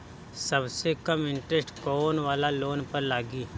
सबसे कम इन्टरेस्ट कोउन वाला लोन पर लागी?